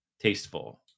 tasteful